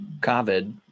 covid